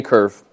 Curve